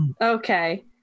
Okay